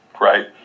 right